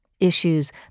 Issues